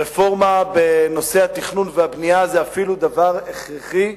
רפורמה בנושא התכנון והבנייה זה אפילו דבר הכרחי,